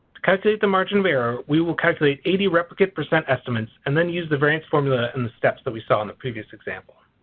calculate the margin of error we will calculate eighty replicate percent estimates and then use the variance formula in the steps that we saw on the previous example.